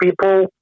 people